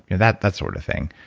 and that that sort of thing.